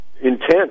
intense